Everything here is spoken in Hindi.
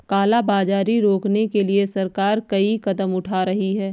काला बाजारी रोकने के लिए सरकार कई कदम उठा रही है